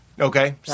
Okay